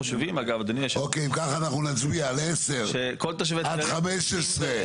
אם כך אנחנו נצביע על 10 עד 15,